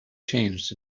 changed